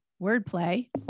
wordplay